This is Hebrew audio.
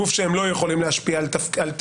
גוף שהם לא יכולים להשפיע על תפקודו,